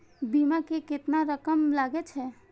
बीमा में केतना रकम लगे छै?